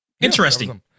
Interesting